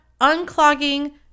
unclogging